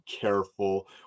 careful